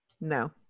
No